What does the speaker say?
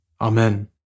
Amen